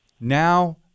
now